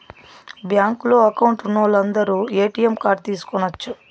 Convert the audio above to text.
బ్యాంకులో అకౌంట్ ఉన్నోలందరు ATM card తీసుకొనచ్చు